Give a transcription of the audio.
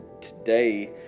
today